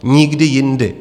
Nikdy jindy.